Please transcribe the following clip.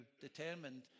determined